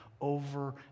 over